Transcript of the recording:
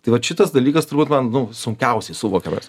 tai vat šitas dalykas turbūt man nu sunkiausiai suvokiamas